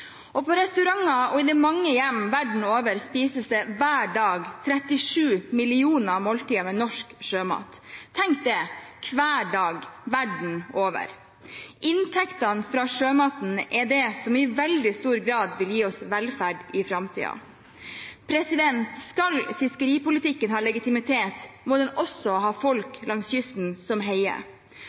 På restauranter og i de mange hjem verden over spises det hver dag 37 millioner måltider med norsk sjømat. Tenk det: hver dag, verden over. Inntektene fra sjømaten er det som i veldig stor grad vil gi oss velferd i framtiden. Skal fiskeripolitikken ha legitimitet, må den også ha folk langs kysten som heier.